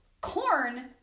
corn